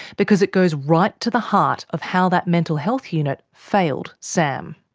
because it goes right to the heart of how that mental health unit failed sam.